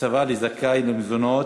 (הקצבה לזכאי למזונות),